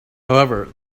however